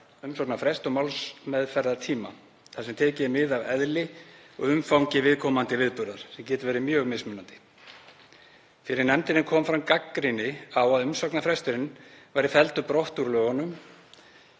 umsóknarfrest og málsmeðferðartíma þar sem tekið er mið af eðli og umfangi viðkomandi viðburðar sem geti verið mjög mismunandi. Fyrir nefndinni kom fram gagnrýni á að umsóknarfresturinn væri felldur brott úr lögunum.